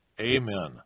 Amen